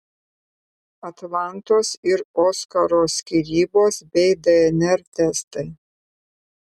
atlantos ir oskaro skyrybos bei dnr testai